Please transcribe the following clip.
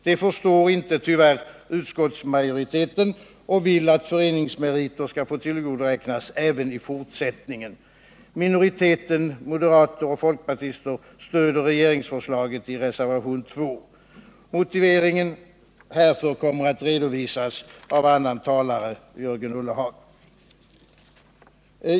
Det förstår inte, tyvärr, utskottsmajoriteten och vill att föreningsmeriter skall få tillgodoräknas även i fortsättningen. Minoriteten, moderater och folkpartister, stöder regeringsförslaget i reservationen 2. Motiveringen härför kommer att redovisas av Jörgen Ullenhag.